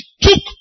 took